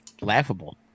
laughable